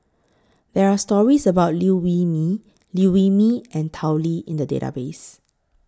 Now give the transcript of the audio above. There Are stories about Liew Wee Mee Liew Wee Mee and Tao Li in The Database